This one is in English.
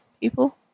people